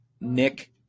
Nick